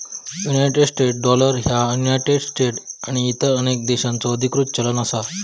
United States dollar ह्या United States आणि इतर अनेक देशांचो अधिकृत चलन असा